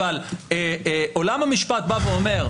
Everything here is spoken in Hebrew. אבל בסיטואציה שבה עולם המשפט אומר: